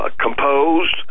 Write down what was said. composed